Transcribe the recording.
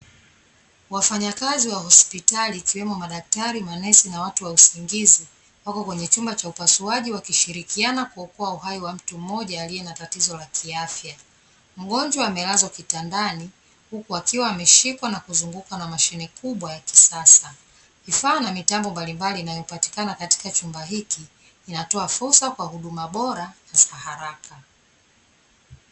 Wafanyakazi wa hospitali ikiwemo madaktari, manesi, na watu wa usingizi, wako kwenye chumba cha upasuaji wakishirikiana kuokoa uhai wa mtu mmoja aliye na tatizo la kiafya. Mgonjwa amelazwa kitandani, huku akiwa ameshikwa na kuzungukwa na mashine kubwa ya kisasa. Vifaa na mitambo mbalimbali inayopatikana katika chumba hiki, inatoa fursa kwa huduma bora na za haraka.